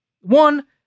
One